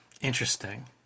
Interesting